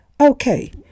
okay